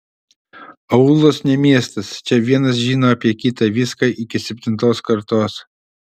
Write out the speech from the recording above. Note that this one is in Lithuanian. aūlas ne miestas čia vienas žino apie kitą viską iki septintos kartos